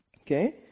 Okay